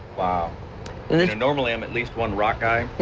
ah and and normally i'm at least one rock guy,